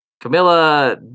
Camilla